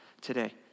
today